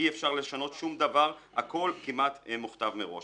אי אפשר לשנות שום דבר, הכול כמעט מוכתב מראש.